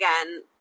again